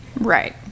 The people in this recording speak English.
Right